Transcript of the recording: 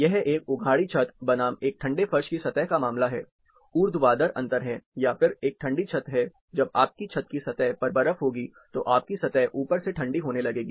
यह एक उघाड़ी छत बनाम एक ठंडे फर्श की सतह का मामला है ऊर्ध्वाधर अंतर है या फिर एक ठंडी छत है जब आपकी छत की सतह पर बर्फ होगी तो आपकी सतह ऊपर से ठंडी होने लगेगी